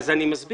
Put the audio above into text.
אז אני מסביר.